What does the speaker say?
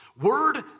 Word